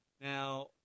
Now